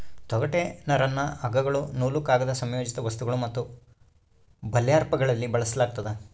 ತೊಗಟೆ ನರನ್ನ ಹಗ್ಗಗಳು ನೂಲು ಕಾಗದ ಸಂಯೋಜಿತ ವಸ್ತುಗಳು ಮತ್ತು ಬರ್ಲ್ಯಾಪ್ಗಳಲ್ಲಿ ಬಳಸಲಾಗ್ತದ